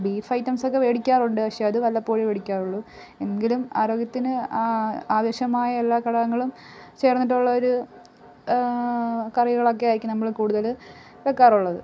beef items ഒക്കെ മേടിക്കാറുണ്ട് പക്ഷേ അത് വല്ലപ്പോഴേ മേടിക്കാറുള്ളൂ എങ്കിലും ആരോഗ്യത്തിന് ആ ആവശ്യമായ എല്ലാ ഘടകങ്ങളും ചേർന്നിട്ടുള്ള ഒരു കറികളൊക്കെ ആയിരിക്കും നമ്മൾ കൂടുതൽ വയ്ക്കാറുള്ളത്